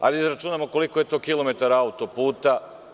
Hajde da izračunamo koliko je to kilometara autoputa.